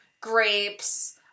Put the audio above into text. grapes